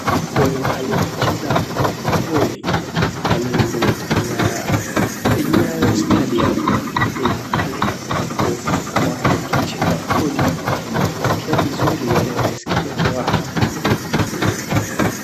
Hapo ni mahali ya kucheza volley. Yaani zinaitaga Nyayo Stadium. Ni mahali ambapo watu wakicheza volley wanaisikia vizuri, yaani wanaisikia raha.